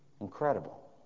Incredible